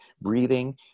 breathing